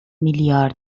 میلیارد